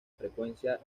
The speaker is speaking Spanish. frecuencia